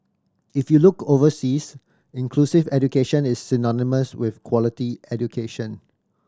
if you look overseas inclusive education is synonymous with quality education